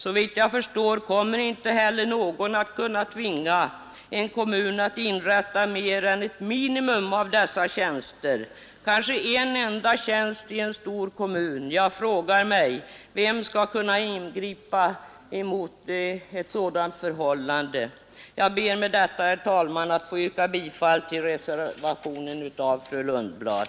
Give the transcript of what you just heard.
Såvitt jag förstår kommer inte heller någon att kunna tvinga en kommun att inrätta mer än ett minimum av dessa tjänster, kanske en enda tjänst i en stor kommun. Jag frågar: Vem skall kunna ingripa mot ett sådant förhållande? Jag ber, herr talman, att få yrka bifall till reservationen av fru Lundblad.